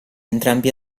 entrambi